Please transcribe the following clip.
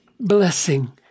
blessing